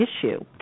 issue